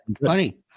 funny